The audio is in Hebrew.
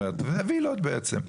וילות בעצם.